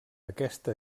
aquesta